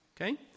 Okay